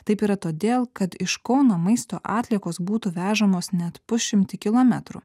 taip yra todėl kad iš kauno maisto atliekos būtų vežamos net pusšimtį kilometrų